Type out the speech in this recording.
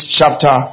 chapter